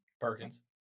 Perkins